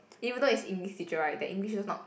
even though is English teacher right their English is also not